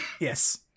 Yes